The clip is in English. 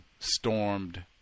Stormed